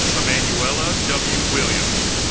emanuela w. williams